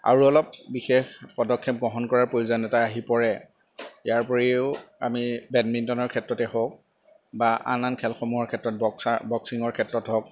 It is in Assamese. আৰু অলপ বিশেষ পদক্ষেপ গ্ৰহণ কৰাৰ প্ৰয়োজনীয়তা আহি পৰে ইয়াৰ উপৰিও আমি বেডমিণ্টনৰ ক্ষেত্ৰতে হওক বা আন আন খেলসমূহৰ ক্ষেত্ৰত বক্সা বক্সিঙৰ ক্ষেত্ৰত হওক